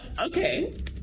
Okay